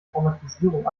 traumatisierung